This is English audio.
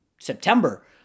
September